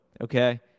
okay